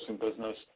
business